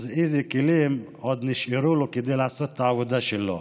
איזה כלים נשארו לו כדי לעשות את העבודה שלו?